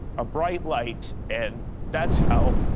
a bright light. and that's how